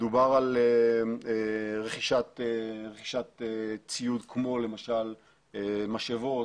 מדובר על רכישת ציוד כמו למשל משאבות,